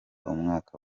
umwaka